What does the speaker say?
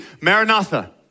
Maranatha